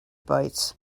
bytes